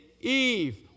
Eve